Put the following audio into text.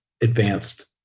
advanced